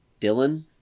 dylan